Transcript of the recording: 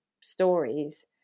stories